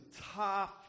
tough